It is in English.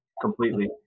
completely